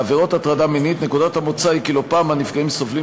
בעבירות הטרדה מינית נקודת המוצא היא כי לא פעם הנפגעים סובלים